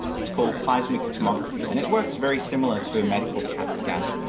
it's called seismic tomography, and it works very similar to a medical cat scan.